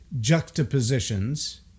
juxtapositions